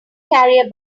carrier